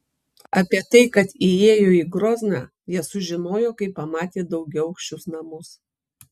apie tai kad įėjo į grozną jie sužinojo kai pamatė daugiaaukščius namus